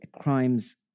crimes